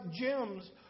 gems